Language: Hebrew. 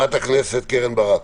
חברת הכנסת קרן ברק.